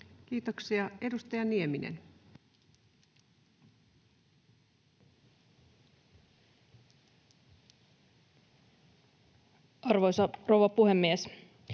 Kiitoksia. — Edustaja Nieminen. Arvoisa rouva puhemies!